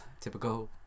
typical